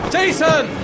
Jason